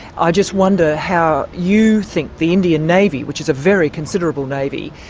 i just wonder how you think the indian navy, which is a very considerable navy,